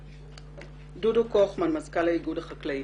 דודו קוכמן, מזכ"ל האיגוד החקלאי.